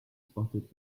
spotted